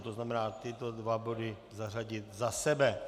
To znamená, tyto dva body zařadit za sebe.